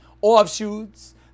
offshoots